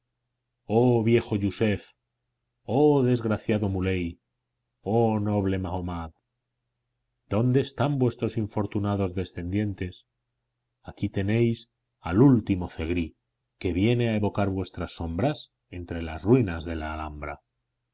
oh viejo yussef oh desgraciado muley oh noble mahomad dónde están vuestros infortunados descendientes aquí tenéis al último zegrí que viene a evocar vuestras sombras entre las ruinas de la alhambra